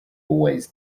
always